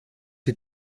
die